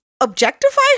objectify